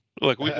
Look